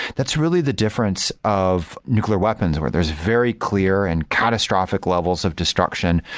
that's really the difference of nuclear weapons where there is very clear and catastrophic levels of destruction,